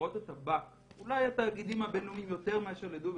לחברות הטבק אולי התאגידים הבינלאומיים יותר מאשר "דובק",